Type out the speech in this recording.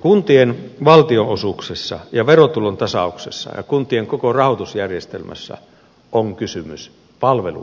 kuntien valtionosuuksissa ja verotulontasauksessa ja kuntien koko rahoitusjärjestelmässä on kysymys palvelujen rahoittamisesta